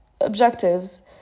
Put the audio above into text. objectives